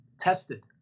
tested